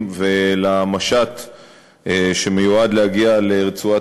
אל תקנה את זה, להפך, תקרא "ערביי